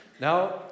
Now